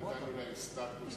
נתנו להם סטטוס,